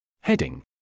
Heading